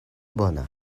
bona